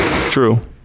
True